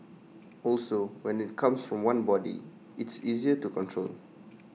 also when IT comes from one body it's easier to control